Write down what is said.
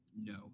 No